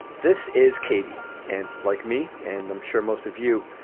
this is katie and like me and i'm sure most of you,